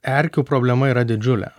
erkių problema yra didžiulė